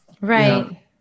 Right